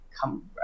come